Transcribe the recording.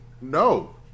no